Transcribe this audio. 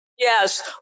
Yes